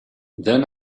then